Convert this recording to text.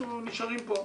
אנחנו נשארים פה,